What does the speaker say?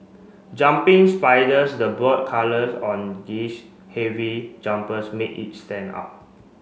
jumping spiders the bold colours on this heavy jumpers made each stand out